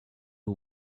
who